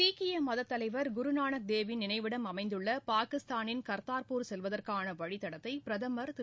சீக்கியமதத்தலைவர் குருநானக் தேவ் ன் நினைவிடம் அமைந்துள்ளபாகிஸ்தானின் கா்தாா்பூர் செல்வதற்கானவழித்தடத்தைபிரதமா் திரு